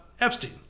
Epstein